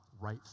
right